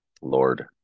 Lord